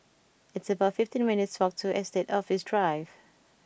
it's about fifteen minutes' walk to Estate Office Drive